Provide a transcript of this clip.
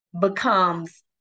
becomes